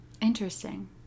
interesting